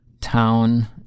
town